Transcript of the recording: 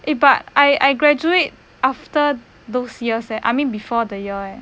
eh but I I graduate after those years eh I mean before the year eh